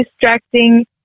distracting